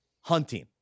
hunting